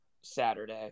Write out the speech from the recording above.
Saturday